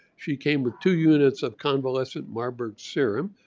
she came with two units of convalescent marburg serum.